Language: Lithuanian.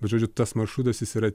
bet žodžiu tas maršrutas jis yra